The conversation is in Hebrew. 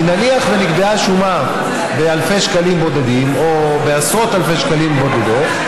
נניח שנקבעה שומה באלפי שקלים בודדים או בעשרות אלפי שקלים בודדים.